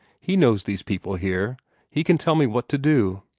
he knows these people here he can tell me what to do.